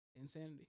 Insanity